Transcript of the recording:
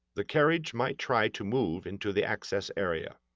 the carriage might try to move into the access area.